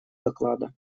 доклада